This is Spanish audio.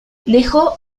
dejó